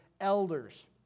elders